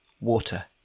water